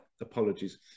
apologies